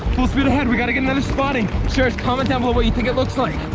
full speed ahead, we gotta get another spotting. sharers, comment down below what you think it looks like.